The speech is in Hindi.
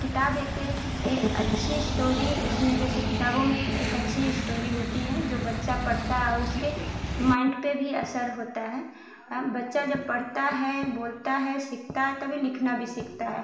किताब एक अच्छी इश्टोरी उसमें जैसे किताबों में एक अच्छी इश्टोरी होती है जो बच्चा पढ़ता है और उसके माइंड पर भी असर होता है बच्चा जब पढ़ता है बोलता है सीखता है तभी लिखना भी सीखता है